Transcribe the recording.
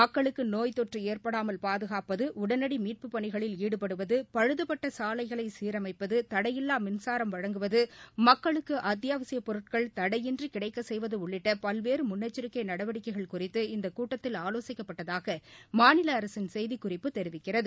மக்களுக்கு நோய் தொற்று ஏற்படாமல் பாதுகாப்பது உடனடி மீட்பு பணிகளில் ஈடுபடுவது பழுதபட்ட சாலைகளை சீரமைப்பது தடையில்லா மின்சாரம் வழங்குவது மக்களுக்கு அத்தியாவசியப் பொருட்கள் தடையின்றி கிடைக்கச் செய்வது உள்ளிட்ட பல்வேறு முன்னெச்சிக்கை நடவடிக்கைகள் குறித்து இந்தக் கூட்டத்தில் ஆலோசிக்கப்பட்டதாக மாநில அரசின் செய்திக்குறிப்பு தெரிவிக்கிறது